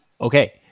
Okay